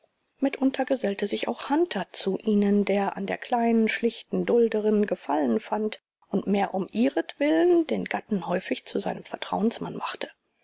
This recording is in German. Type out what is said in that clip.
mitunter gesellte sich auch hunter zu ihnen der an der kleinen schlichten dulderin gefallen fand und mehr um ihretwillen den gatten häufig zu seinem vertrauensmann machte